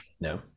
No